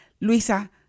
luisa